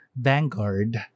Vanguard